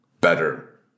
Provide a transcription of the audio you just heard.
better